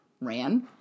ran